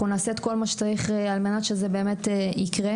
אנחנו נעשה כל מה שצריך על-מנת שזה באמת יקרה.